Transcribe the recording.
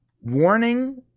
warning